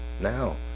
now